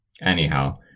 anyhow